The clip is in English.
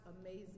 amazing